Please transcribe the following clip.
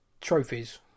trophies